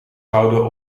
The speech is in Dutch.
gehouden